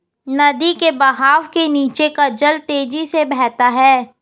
नदी के बहाव के नीचे का जल तेजी से बहता है